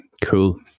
cool